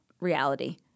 reality